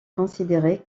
considérée